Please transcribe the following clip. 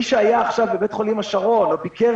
מי שהיה עכשיו בבית חולים השרון או ביקר